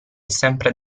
sempre